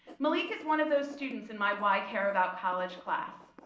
malek is one of those students in my why care about college class.